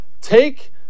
Take